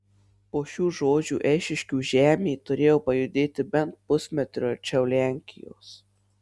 po šių žodžių eišiškių žemė turėjo pajudėti bent pusmetriu arčiau lenkijos